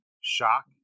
Shock